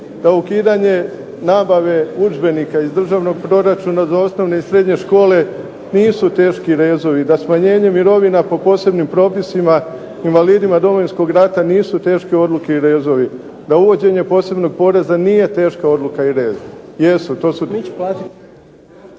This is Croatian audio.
Pa ukidanje nabave udžbenika iz državnog proračuna za osnovne i srednje škole nisu teški rezovi, da smanjenje mirovina po posebnim propisima invalidima Domovinskog rata nisu teške odluke i rezovi, da uvođenje posebnog poreza nije teška odluka i rez. Jesu, to su